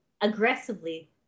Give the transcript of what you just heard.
aggressively